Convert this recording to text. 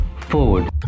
forward